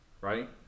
right